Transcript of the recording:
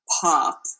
pop